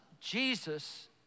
Jesus